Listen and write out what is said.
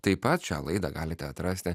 taip pat šią laidą galite atrasti